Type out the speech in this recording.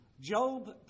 Job